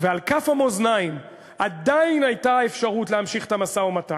ועל כף המאזניים עדיין הייתה האפשרות להמשיך את המשא-ומתן,